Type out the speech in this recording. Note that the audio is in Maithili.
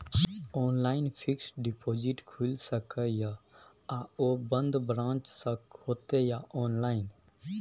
ऑनलाइन फिक्स्ड डिपॉजिट खुईल सके इ आ ओ बन्द ब्रांच स होतै या ऑनलाइन?